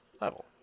level